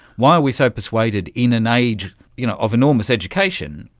why are we so persuaded, in an age you know of enormous education,